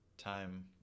time